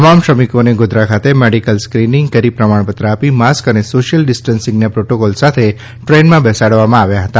તમામ શ્રમિકોને ગોધરા ખાતે મેડિકલ સ્ક્રિનીંગ કરી પ્રમાણપત્ર આપી માસ્ક અને સોશિયલ ડિસ્ટ્ન્સિંગના પ્રોટોકોલ સાથે ટ્રેનમાં બેસાડવામાં આવ્યા હતા